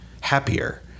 happier